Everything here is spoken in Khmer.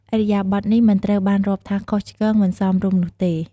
ឥរិយាបថនេះមិនត្រូវបានរាប់ថាខុសឆ្គង មិនសមរម្យនោះទេ។